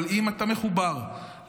אבל אם אתה מחובר לסיפור,